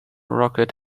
rocket